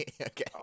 Okay